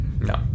no